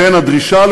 בבקשה,